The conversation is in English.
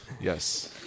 Yes